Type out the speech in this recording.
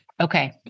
Okay